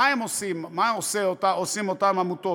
מה עושות אותן עמותות?